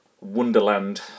wonderland